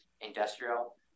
industrial